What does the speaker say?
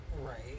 Right